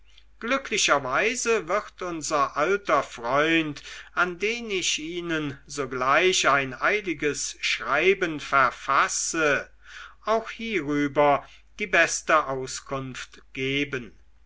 glücklicherweise wird unser alter freund an den ich ihnen sogleich ein eiliges schreiben verfasse auch hierüber die beste auskunft geben